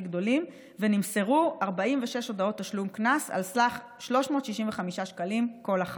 גדולים ונמסרו 46 הודעות תשלום קנס על סך 365 שקלים כל אחת.